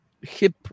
hip